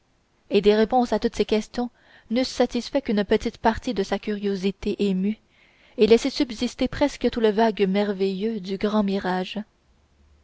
et des réponses à toutes ces questions n'eussent satisfait qu'une petite partie de sa curiosité émue et laissé subsister presque tout le vague merveilleux du grand mirage